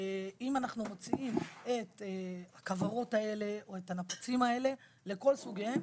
אם אנחנו מוצאים את הכוורות האלה או את הנפצים האלה לכל סוגיהם,